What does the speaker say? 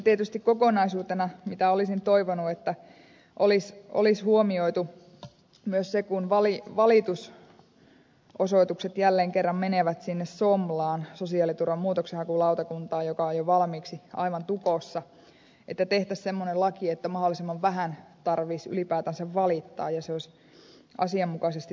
tietysti kokonaisuutena olisin toivonut että olisi huomioitu myös se että kun valitukset jälleen kerran menevät sinne somlaan sosiaaliturvan muutoksenhakulautakuntaan joka on jo valmiiksi aivan tukossa niin tehtäisiin semmoinen laki että mahdollisimman vähän tarvitsisi ylipäätänsä valittaa ja laki olisi asianmukaisesti tulkittavissa